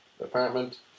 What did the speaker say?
apartment